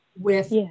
with-